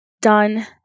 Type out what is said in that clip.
done